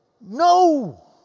No